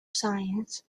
signs